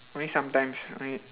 only sometimes I